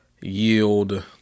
yield